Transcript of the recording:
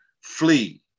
flee